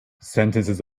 sentences